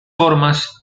formas